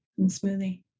Smoothie